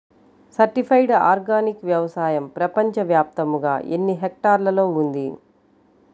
Certified organic వ్యవసాయం ప్రపంచ వ్యాప్తముగా ఎన్నిహెక్టర్లలో ఉంది?